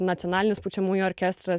nacionalinis pučiamųjų orkestras